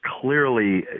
clearly